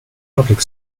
public